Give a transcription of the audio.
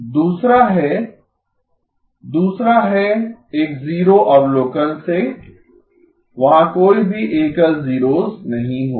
दूसरा है एक जीरो अवलोकन से वहाँ कोई भी एकल जीरोस नहीं होगा